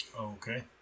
Okay